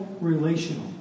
relational